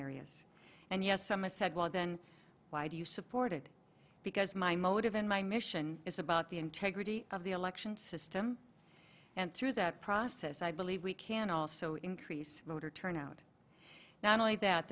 areas and yes some i said well then why do you support it because my motive in my mission is about the integrity of the election system and through that process i believe we can also increase voter turnout not only that